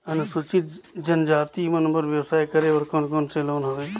अनुसूचित जनजाति मन बर व्यवसाय करे बर कौन कौन से लोन हवे?